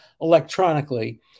electronically